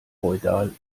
feudal